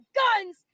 guns